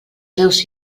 seus